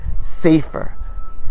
safer